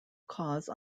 cause